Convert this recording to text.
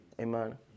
Amen